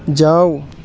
جاؤ